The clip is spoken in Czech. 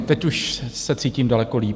Teď už se cítím daleko líp.